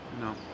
No